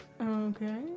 okay